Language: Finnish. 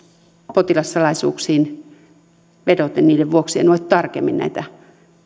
potilassalaisuuksiin vedoten niiden vuoksi en voi tarkemmin näitä